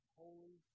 holy